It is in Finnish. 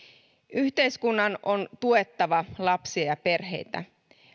yhteiskunnan on tuettava lapsia ja perheitä